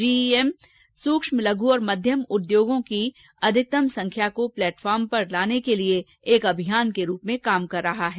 GEM सूक्ष्म लघ् और मध्यम उद्यमों की अधिकतम संख्या को प्लेटफॉर्म पर लाने के लिए एक अभियान के रूप में काम कर रहा है